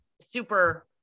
super